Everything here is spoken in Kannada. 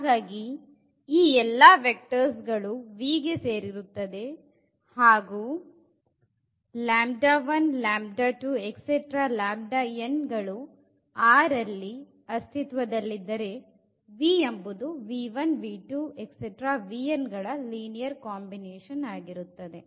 ಹಾಗಾಗಿ ಈ ಎಲ್ಲ ವೆಕ್ಟರ್ಸ್ ಗಳು V ಗೆ ಸೇರಿರುತ್ತದೆ ಹಾಗು ಗಳು R ಅಲ್ಲಿ ಅಸ್ತಿತ್ವದಲ್ಲಿದ್ದರೆ v ಎಂಬುದ ಗಳ ಲೀನಿಯರ್ ಕಾಂಬಿನೇಶನ್ ಆಗಿರುತ್ತದೆ